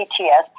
PTS